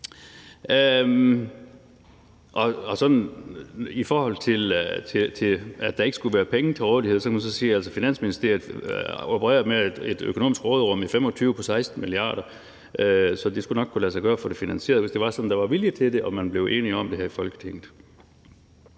i forhold til at der ikke skulle være penge til rådighed, kan man så sige, at Finansministeriet opererer med et økonomisk råderum i 2025 på 16 mia. kr., så det skulle nok kunne lade sig gøre at få det finansieret, hvis det var sådan, at der var vilje til det og man blev enige om det her i Folketinget.